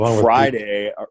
Friday